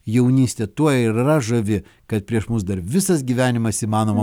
jaunystė tuo ir yra žavi kad prieš mus dar visas gyvenimas įmanoma